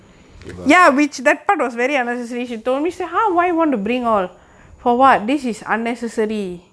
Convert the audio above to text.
to her house